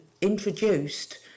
introduced